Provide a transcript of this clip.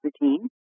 routine